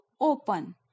open